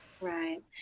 Right